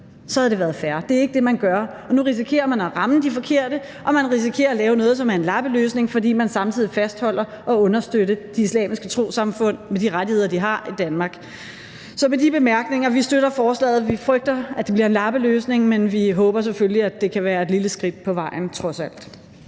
så havde det været fair. Det er ikke det, man gør, og nu risikerer man at ramme de forkerte, og man risikerer at lave noget, som er en lappeløsning, fordi man samtidig fastholder at understøtte de islamiske trossamfund med de rettigheder, de har i Danmark. Så med de bemærkninger: Vi støtter forslaget. Vi frygter, at det bliver en lappeløsning, men vi håber selvfølgelig, at det kan være et lille skridt på vejen, trods alt.